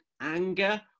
anger